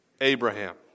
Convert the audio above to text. Abraham